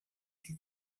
sie